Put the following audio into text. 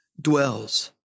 dwells